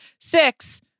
Six